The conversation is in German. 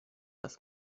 das